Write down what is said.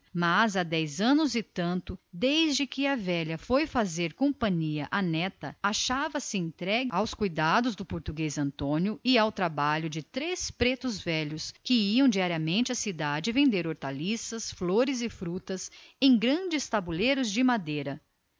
mas havia dez anos desde que a velha foi fazer companhia à neta achava-se entregue aos cuidados do português antônio e ao trabalho de três pretos velhos que iam diariamente à cidade vender hortaliças flores e frutas às seis e meia